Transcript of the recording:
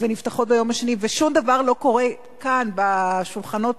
ונפתחות ביום השני ושום דבר לא קורה כאן, בשולחנות